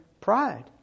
pride